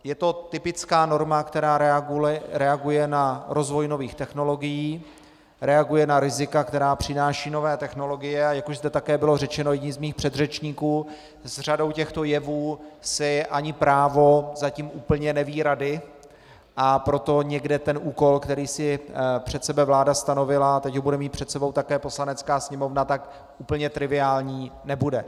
Je to typická norma, která reaguje na rozvoj nových technologií, reaguje na rizika, která přinášejí nové technologie, a jak už zde také bylo řečeno jedním z mých předřečníků, s řadou těchto jevů si ani právo zatím úplně neví rady, a proto někde ten úkol, který si před sebe vláda stanovila, a teď ho bude mít před sebou také Poslanecká sněmovna, tak úplně triviální nebude.